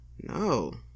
No